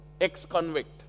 Ex-convict